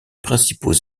principaux